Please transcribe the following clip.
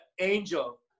angel